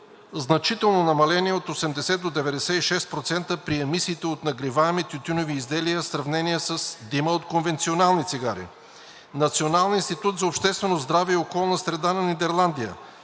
значително намаление от 80 до 96% при емисиите от нагреваеми тютюневи изделия, в сравнение с дима от конвенционални цигари“; от Националния институт за обществено здраве и околна среда на Нидерландия